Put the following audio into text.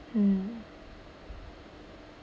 mm